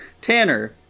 Tanner